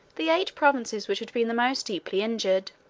the eight provinces which had been the most deeply injured,